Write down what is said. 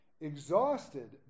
exhausted